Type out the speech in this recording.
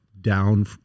down